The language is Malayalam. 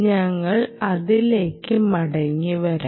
ഞങ്ങൾ അതിലേക്ക് മടങ്ങിവരും